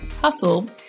hustle